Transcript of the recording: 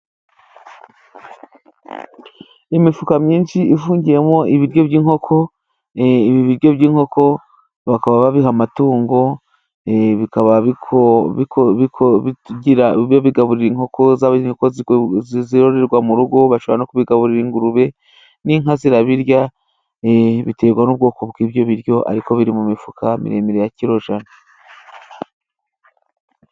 Imifuka myinshi ifungiyemo ibiryo by'inkoko, ibi biryo by'inkoko bakaba babiha amatungo, bikaba bigaburirwa inkoko zororerwa mu rugo, bashobora no kubigaburira ingurube, n'inka zirabirya, biterwa n'ubwoko bw'ibyo biryo, ariko biri mu mifuka miremire ya kiro jana.